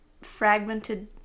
fragmented